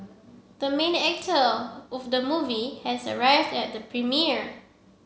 the main actor of the movie has arrived at the premiere